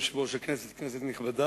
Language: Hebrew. אדוני היושב-ראש, כנסת נכבדה,